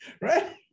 Right